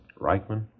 Reichman